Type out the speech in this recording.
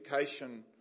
education